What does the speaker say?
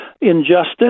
injustice